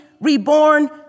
reborn